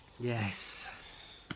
Yes